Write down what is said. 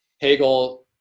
hegel